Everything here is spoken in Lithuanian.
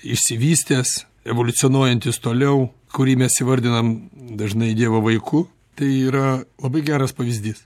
išsivystęs evoliucionuojantis toliau kurį mes įvardinam dažnai dievo vaiku tai yra labai geras pavyzdys